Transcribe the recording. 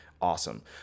Awesome